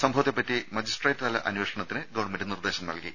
സംഭവത്തെപ്പറ്റി മജിസ്ട്രേറ്റ്തല അന്വേഷണത്തിന് ഗവൺമെന്റ് നിർദ്ദേശം നൽകി